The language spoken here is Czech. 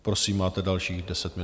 Prosím, máte dalších deset minut.